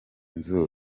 nzu